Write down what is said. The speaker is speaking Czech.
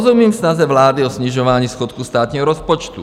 Rozumím snaze vlády o snižování schodku státního rozpočtu.